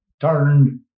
turned